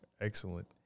Excellent